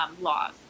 laws